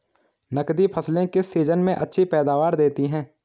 नकदी फसलें किस सीजन में अच्छी पैदावार देतीं हैं?